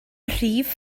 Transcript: rhif